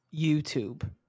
YouTube